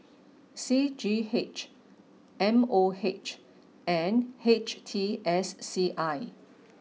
C G H M O H and H T S C I